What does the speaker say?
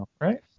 Right